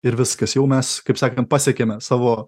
ir viskas jau mes kaip sakant pasiekėme savo